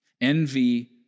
Envy